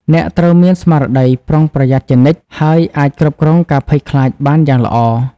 អ្នកត្រូវមានស្មារតីប្រុងប្រយ័ត្នជានិច្ច ហើយអាចគ្រប់គ្រងការភ័យខ្លាចបានយ៉ាងល្អ។